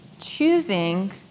choosing